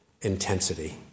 intensity